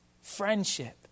friendship